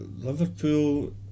Liverpool